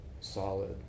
solid